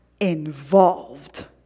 involved